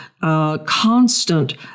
Constant